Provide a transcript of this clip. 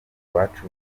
iwacu